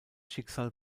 schicksal